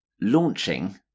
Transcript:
launching